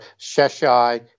Sheshai